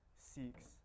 seeks